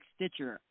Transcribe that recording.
Stitcher